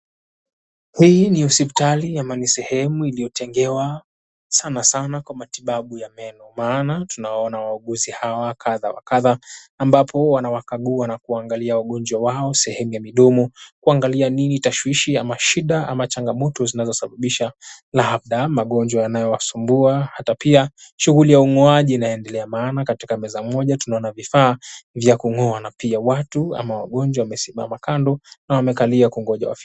Hii ni hospitali ama ni sehemu iliyotengewa sana sana kwa matibabu ya meno. Maana tunawaona wauguzi hawa kadha wa kadha ambapo wanawakagua na kuangalia wagonjwa wao sehemu ya midomo, kuangalia nini tashwishi ama shida ama changamoto zinazosababisha labda magonjwa yanayowasumbua. Hata pia shughuli ya ung'oaji inaendelea maana katika meza moja, tunaona vifaa vya kung'oa. Na pia watu ama wagonjwa wamesimama kando, na wamekalia kungoja wafikiwe.